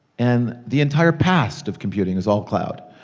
and the entire past of computing is all cloud.